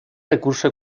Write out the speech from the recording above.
recurso